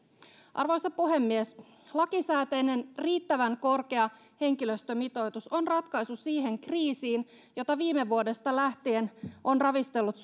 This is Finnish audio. arvoisa puhemies lakisääteinen riittävän korkea henkilöstömitoitus on ratkaisu siihen kriisiin joka viime vuodesta lähtien on ravistellut